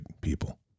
people